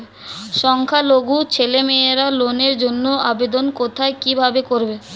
সংখ্যালঘু ছেলেমেয়েরা লোনের জন্য আবেদন কোথায় কিভাবে করবে?